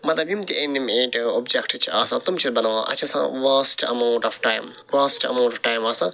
مطلب یِم تہِ ایٚنِمیٹ اوٚبجیٚکٹہٕ چھِ آسان تِم چھِ أسۍ بناوان اَتھ چھِ آسان واسٹہٕ ایٚموُنٛٹ آف ٹایم واسٹہٕ ایٚموُنٛٹ آف ٹایم آسان